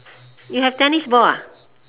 you have tennis ball